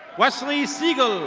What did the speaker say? wesley seiegel.